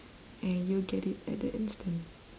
and you'll get it at the instant